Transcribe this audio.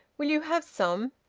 will you have some?